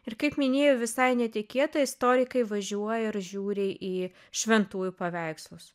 ir kaip minėjau visai netikėta istorikai važiuoja ir žiūri į šventųjų paveikslus